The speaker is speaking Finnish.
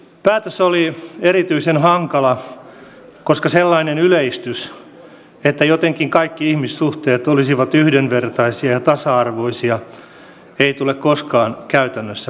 päätös oli erityisen hankala koska sellainen yleistys että jotenkin kaikki ihmissuhteet olisivat yhdenvertaisia ja tasa arvoisia ei tule koskaan käytännössä toteutumaan